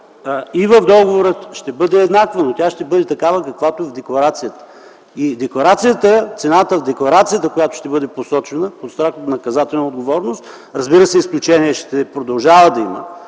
и в договора ще бъде еднаква, но тя ще бъде такава, каквато е и в декларацията. Цената в декларацията, която ще бъде посочена, остава под наказателна отговорност. Разбира се, изключения ще продължава да има